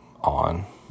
on